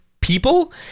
people